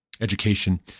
Education